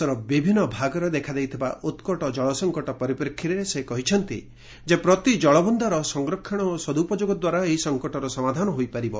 ଦେଶର ବିଭିନ୍ନ ଭାଗରେ ଦେଖାଦେଇଥିବା ଉତ୍କଟ ଜଳସଂକଟ ପରିପ୍ରେକ୍ଷୀରେ ସେ କହିଛନ୍ତି ଯେ ପ୍ରତି ଜଳବୃନ୍ଦାର ସଂରକ୍ଷଣ ଓ ସଦ୍ପଯୋଗ ଦ୍ୱାରା ଏହି ସଫକଟର ସମାଧାନ ହୋଇପାରିବ